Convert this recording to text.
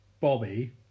Bobby